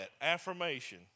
Affirmation